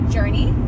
Journey